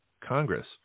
Congress